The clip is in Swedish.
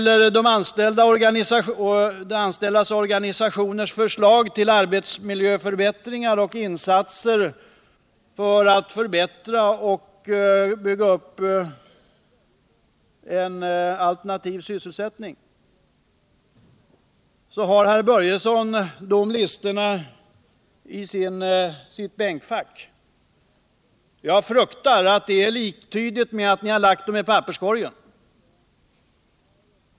Vad det gäller de anställdas organisationers förslag till arbetsmiljöförbätt ringar och insatser för att förbättra och bygga upp en alternativ sysselsättning, så har herr Börjesson de listorna i sitt bänkfack. Jag fruktar att det är liktydigt med att ni har lagt dem i papperskorgen.